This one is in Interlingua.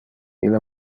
ille